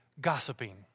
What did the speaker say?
gossiping